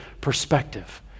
perspective